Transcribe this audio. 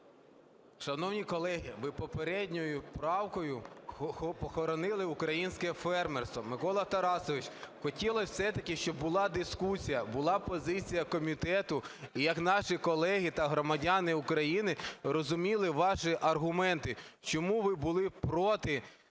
Шановні колеги, ви попередньою правкою похоронили українське фермерство. Микола Тарасович, хотілось все-таки, щоб була дискусія, була позиція комітету і як наші колеги та громадяни України розуміли ваші аргументи, чому ви були проти